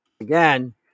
again